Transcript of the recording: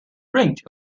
range